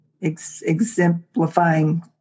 exemplifying